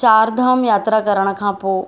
चारि धाम यात्रा करण खां पोइ